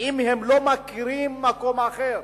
אם הם לא מכירים מקום אחר.